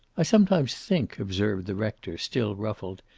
i sometimes think, observed the rector, still ruffled,